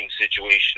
situation